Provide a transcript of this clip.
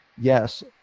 yes